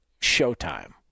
showtime